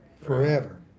forever